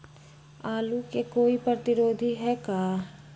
आलू के कोई प्रतिरोधी है का?